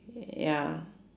ya